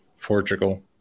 Portugal